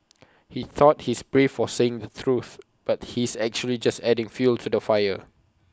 he thought he's brave for saying the truth but he's actually just adding fuel to the fire